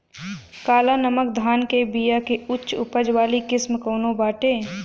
काला नमक धान के बिया के उच्च उपज वाली किस्म कौनो बाटे?